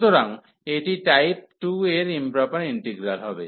সুতরাং এটি টাইপ 2 এর ইম্প্রপার ইন্টিগ্রাল হবে